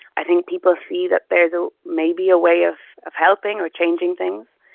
i think people see that there's ah maybe a way of of helping or changing things,